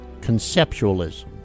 conceptualism